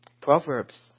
Proverbs